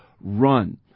run